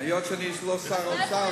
היות שאני לא שר האוצר,